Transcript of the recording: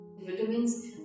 Vitamins